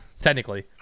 Technically